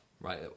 right